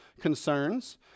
concerns